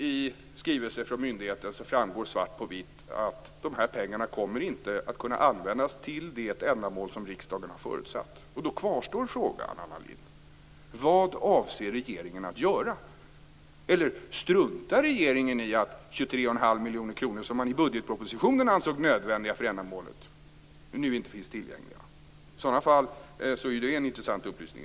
I skrivelse från myndigheten framgår svart på vitt att dessa pengar inte kommer att kunna användas till det ändamål som riksdagen har förutsatt. Då kvarstår frågan, Anna Lindh: Vad avser regeringen att göra? Eller struntar regeringen i att 23,5 miljoner kronor som regeringen i budgetpropositionen ansåg nödvändiga för ändamålet nu inte finns tillgängliga? I så fall är det i sig en intressant upplysning.